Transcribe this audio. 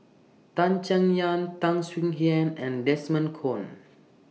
Tan Chay Yan Tan Swie Hian and Desmond Kon